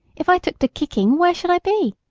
if i took to kicking where should i be?